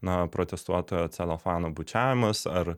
na protestuotojo celofano bučiavimas ar